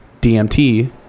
DMT